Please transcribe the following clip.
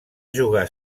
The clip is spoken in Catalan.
jugar